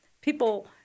people